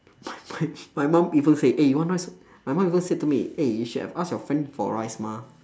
my my my mum even say eh you want rice my mum even say to me eh you should have asked your friend for rice mah